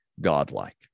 godlike